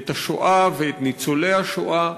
את השואה ואת ניצולי השואה,